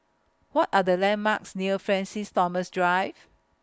What Are The landmarks near Francis Thomas Drive